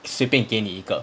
随便给你一个